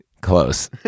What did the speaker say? Close